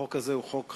החוק הזה הוא חוק חשוב,